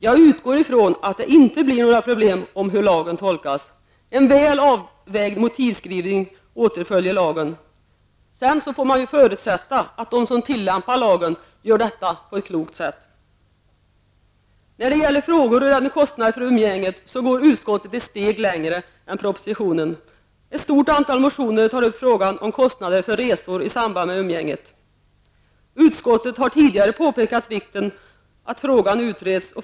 Jag utgår ifrån att det inte blir några problem att tolka lagen. En väl avvägd motivskrivning åtföljer lagen. Man får förutsätta att de som tillämpar lagen gör detta på ett klokt sätt. När det gäller frågor som rör kostnader för umgänget går utskottet ett steg längre än propositionen. Ett stort antal motioner tar upp frågan om kostnader för resor i samband med umgänget. Utskottet har tidigare påpekat vikten av att frågan utreds.